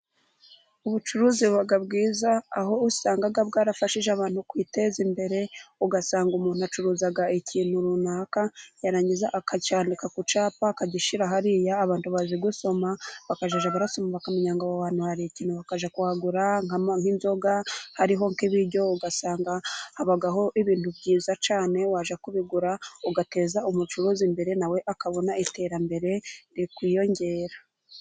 Ubucuruzi buba bwiza aho usanga bwarafashije abantu kwiteza imbere, ugasanga umuntu acuruza ikintu runaka yarangiza akabyacyandika ku cyapa akagishira hariya abantu bazi gusoma bakazajya barasoma, bakamenya ngo abo bantu hari ikintu bakajya kuhagura nk'inzoga, hariho n'ibiryo ugasanga hababo n'ibintu byiza cyane wajya kubigura ugateza umucuruzi imbere, nawe akabona iterambere rikiyongera.